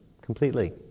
Completely